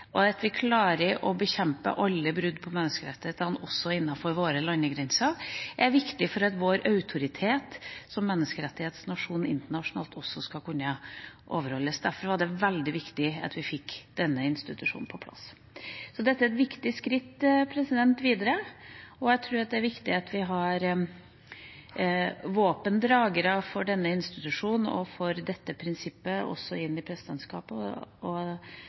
og at vi klarer å bekjempe alle brudd på menneskerettighetene også innenfor våre landegrenser, er viktig for at vår autoritet som menneskerettighetsnasjon internasjonalt også skal kunne overholdes. Derfor var det veldig viktig at vi fikk denne institusjonen på plass. Dette er et viktig skritt videre. Jeg tror at det er viktig at vi har våpendragere for denne institusjonen og for dette prinsippet også inn i presidentskapet.